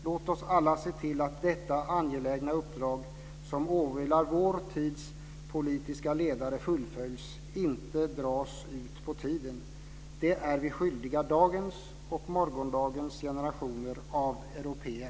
Låt oss alla se till att detta angelägna uppdrag som åvilar vår tids politiska ledare fullföljs och inte drar ut på tiden. Det är vi skyldiga dagens och morgondagens generationer av européer.